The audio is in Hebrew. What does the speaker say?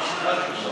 לא מקובל עלינו,